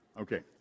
Okay